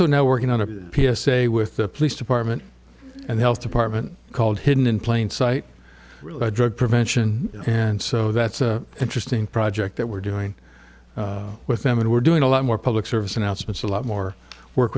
also now working on a p s a with the police department and health department called hidden in plain sight drug prevention and so that's a interesting project that we're doing with them and we're doing a lot more public service announcements a lot more work